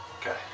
Okay